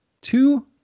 two